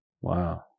Wow